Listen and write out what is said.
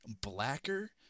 blacker